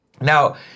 Now